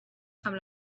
amb